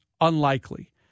unlikely